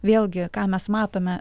vėlgi ką mes matome